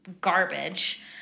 garbage